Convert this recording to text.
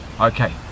Okay